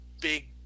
big